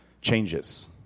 changes